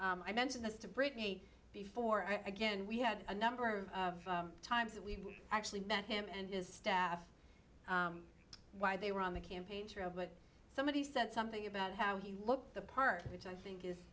and i mentioned this to britney before i again we had a number of times we actually met him and his staff why they were on the campaign trail but somebody said something about how he looked the part which i think i